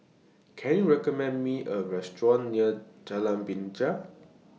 Can YOU recommend Me A Restaurant near Jalan Binja